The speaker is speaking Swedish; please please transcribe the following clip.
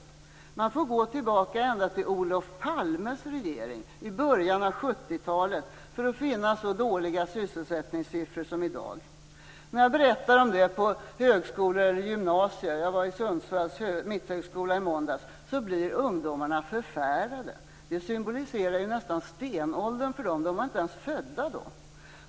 Man får gå tillbaka ända till Olof Palmes regering i början av 70-talet för att finna så dåliga sysselsättningssiffror som i dag. När jag berättar om det på högskolor och gymnasier - jag var på Mitthögskolan i Sundsvall i måndags - blir ungdomarna förfärade. Det symboliserar ju nästan stenåldern för dem. De var inte ens födda då.